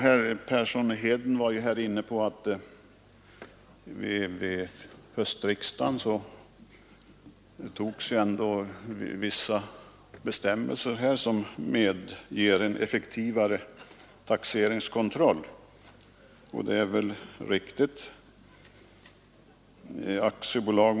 Herr Persson i Heden talade om att det vid höstriksdagen fattats beslut om vissa bestämmelser som medger en effektivare taxeringskontroll. Det är riktigt.